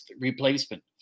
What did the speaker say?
replacement